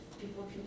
people